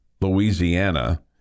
Louisiana